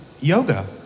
yoga